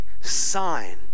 sign